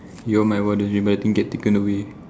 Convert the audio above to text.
you are my wildest dream but the thing get taken away